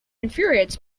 infuriates